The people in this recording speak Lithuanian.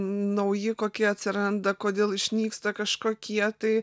nauji kokie atsiranda kodėl išnyksta kažkokie tai